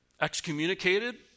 excommunicated